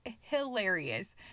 hilarious